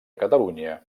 catalunya